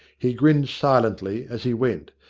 he grinned silently as he went,